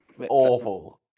Awful